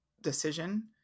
decision